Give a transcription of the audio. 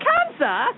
Cancer